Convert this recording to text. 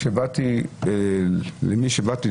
כשבאתי למי שבאתי,